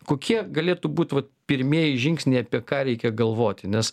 kokie galėtų būt vat pirmieji žingsniai apie ką reikia galvoti nes